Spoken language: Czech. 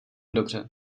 dobře